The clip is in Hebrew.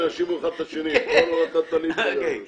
לא הקראנו אפילו.